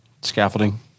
Scaffolding